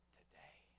today